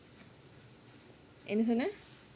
என்ன சொன்ன:enna sonna